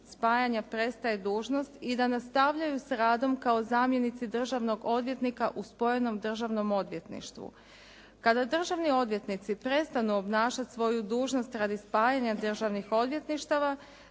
spajanja prestaje dužnost i da nastavljaju sa radom kao zamjenici državnog odvjetnika u spojenom državnom odvjetništvu. Kada državni odvjetnici prestanu obnašati svoju dužnost radi spajanja državnih odvjetništava